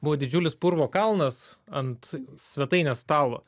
buvo didžiulis purvo kalnas ant svetainės stalo